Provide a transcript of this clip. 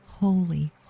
holy